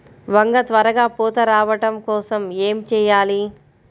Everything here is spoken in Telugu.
వంగ త్వరగా పూత రావడం కోసం ఏమి చెయ్యాలి?